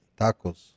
tacos